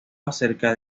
acerca